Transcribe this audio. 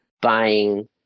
buying